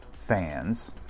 fans